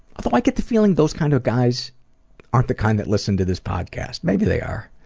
although i get the feeling those kind of guys aren't the kind that listen to this podcast, maybe they are.